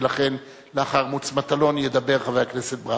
ולכן לאחר מוץ מטלון ידבר חבר הכנסת ברוורמן.